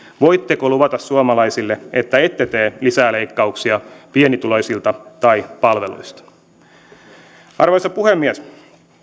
voitteko luvata suomalaisille että ette tee lisää leikkauksia pienituloisilta tai palveluista arvoisa puhemies